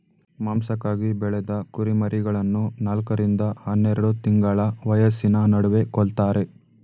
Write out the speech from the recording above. ಮಾಂಸಕ್ಕಾಗಿ ಬೆಳೆದ ಕುರಿಮರಿಗಳನ್ನು ನಾಲ್ಕ ರಿಂದ ಹನ್ನೆರೆಡು ತಿಂಗಳ ವಯಸ್ಸಿನ ನಡುವೆ ಕೊಲ್ತಾರೆ